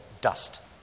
dust